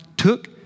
took